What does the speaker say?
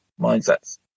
mindsets